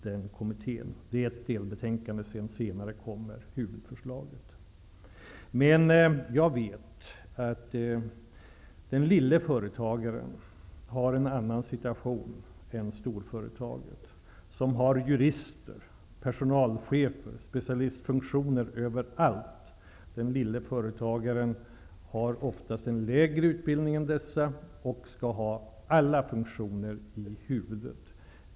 Det kommer först ett delbetänkande, och sedan kommer huvudförslaget. Vi vet att småföretagen har en annan situation än storföretagen, som har jurister, personalchefer och specialistfunktioner överallt. Småföretagaren har oftast lägre utbildning och skall ha alla funktioner i huvudet.